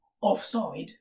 offside